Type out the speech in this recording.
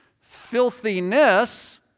Filthiness